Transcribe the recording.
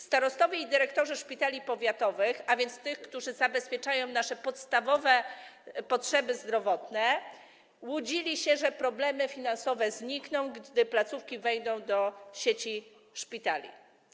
Starostowie i dyrektorzy szpitali powiatowych, a więc tych, które zabezpieczają nasze podstawowe potrzeby zdrowotne, łudzili się, że problemy finansowe znikną, gdy placówki wejdą do sieci szpitali.